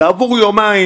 כעבור יומיים,